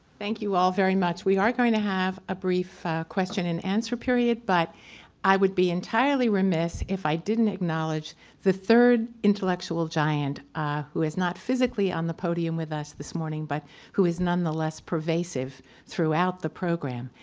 thank you all very much. we are going go have a brief question and answer period, but i would be entirely remiss if i didn't acknowledge the third intellectual giant ah who is not physically on the podium with us this morning, but who is nonetheless pervasive throughout the program.